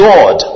God